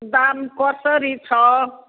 दाम कसरी छ